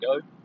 go